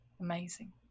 amazing